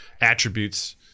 attributes